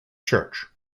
church